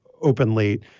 openly